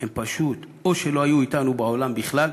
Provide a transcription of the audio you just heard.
הם פשוט או שלא היו אתנו בעולם בכלל,